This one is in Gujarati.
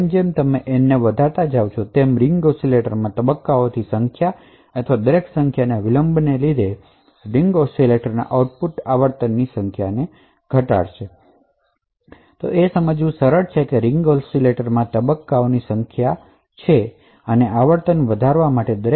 જેમ જેમ તમે n રીંગ ઑસિલેટરમાં સ્ટેજની સંખ્યા અથવા t દરેક સ્ટેજનો ડીલે ને વધારો કરો છો તેમ રીંગ ઑસિલેટરના આઉટપુટ ની આવર્તન ઘટાડશે અને ઉલટું